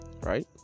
right